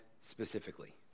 specifically